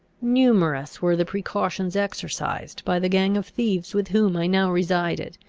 numerous were the precautions exercised by the gang of thieves with whom i now resided,